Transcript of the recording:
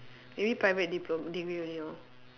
maybe private diplom~ degree only lor